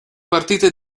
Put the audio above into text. partite